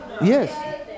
yes